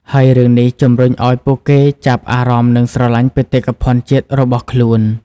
ហើយរឿងនេះជំរុញឱ្យពួកគេចាប់អារម្មណ៍និងស្រឡាញ់បេតិកភណ្ឌជាតិរបស់ខ្លួន។